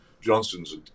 Johnson's